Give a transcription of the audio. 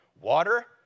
water